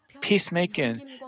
peacemaking